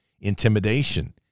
intimidation